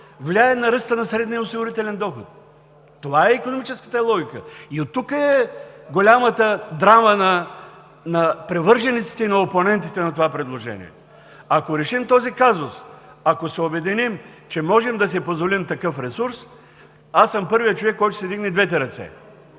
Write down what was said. влияе на ръста на средния осигурителен доход. Това е икономическата логика. Оттук е голямата драма на привържениците и на опонентите на това предложение. Ако решим този казус, ако се обединим, че можем да си позволим такъв ресурс, аз съм първият човек, който ще си вдигне и двете ръце.